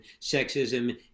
Sexism